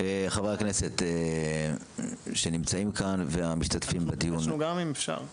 ביקשנו גם, אם אפשר.